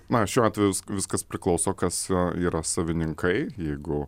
na šiuo atveju viskas priklauso kas yra savininkai jeigu